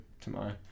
tomorrow